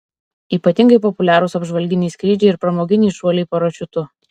ypatingai populiarūs apžvalginiai skrydžiai ir pramoginiai šuoliai parašiutu